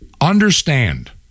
Understand